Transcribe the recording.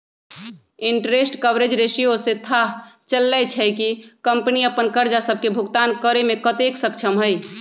interest coverage ratio से थाह चललय छै कि कंपनी अप्पन करजा सभके भुगतान करेमें कतेक सक्षम हइ